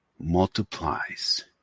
multiplies